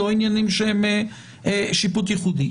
לא עניינים שהם שיפוט ייחודי.